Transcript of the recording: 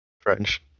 French